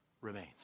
remains